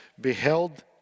beheld